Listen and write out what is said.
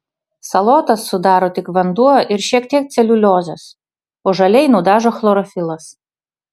salotas sudaro tik vanduo ir šiek tiek celiuliozės o žaliai nudažo chlorofilas